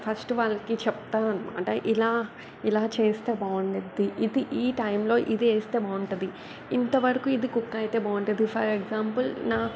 first వాళ్ళకి చెప్తా అనమాట ఇలా ఇలా చేస్తే బాగుండిద్ది ఇది ఈ టైంలో ఇది వేస్తే బాగుంటుంది ఇంతవరకు ఇది కుక్ అయితే బాగుంటుంది ఫర్ ఎగ్జాంపుల్ నా